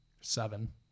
Seven